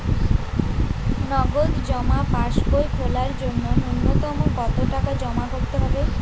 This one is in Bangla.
নগদ জমা পাসবই খোলার জন্য নূন্যতম কতো টাকা জমা করতে হবে?